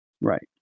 Right